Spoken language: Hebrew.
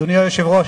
אדוני היושב-ראש,